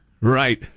Right